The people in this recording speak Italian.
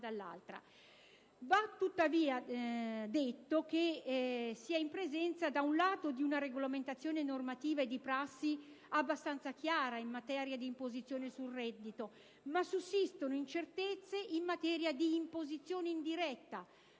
tuttavia che si è in presenza, da un lato, di una regolamentazione normativa e di prassi abbastanza chiara in materia di imposizione sul reddito, mentre dall'altro sussistono invece incertezze in materia di imposizione indiretta